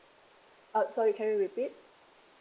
uh sorry can you repeat